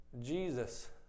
Jesus